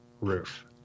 roof